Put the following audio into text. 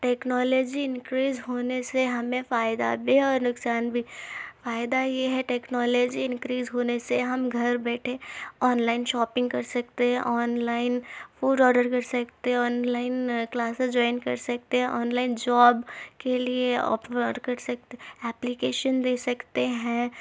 technology increase ہونے سے ہمیں فائدہ بھی اور نقصان بھی فائدہ یہ ہے ٹکنالوجی انکریز ہونے سے ہم گھر بیٹھے آن لائن شاپنگ کر سکتے ہیں آن لائن فوڈ آڈر کرسکتے ہیں آن لائن کلاسیز جوائن کر سکتے ہیں آن لائن جاب کے لیے آفر کر سکتے اپلیکیشن دے سکتے ہیں